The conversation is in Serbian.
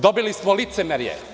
Dobili smo licemerje.